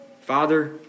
Father